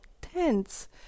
tense